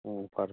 ꯑꯣ ꯐꯔꯦ ꯐꯔꯦ